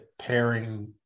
pairing